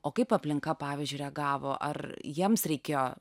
o kaip aplinka pavyzdžiui reagavo ar jiems reikėjo